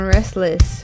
Restless